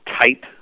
tight